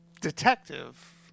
detective